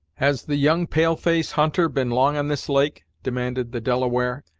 has the young pale-face hunter been long on this lake? demanded the delaware,